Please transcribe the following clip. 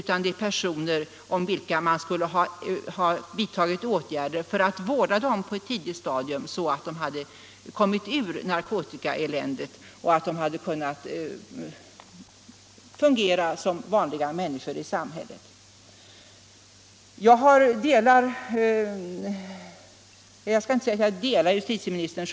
Det är personer som man på ett tidigt stadium skulle ha vidtagit åtgärder för att vårda så att de kommit ur narkotikaeländet och kunnat fungera som vanliga människor i samhället.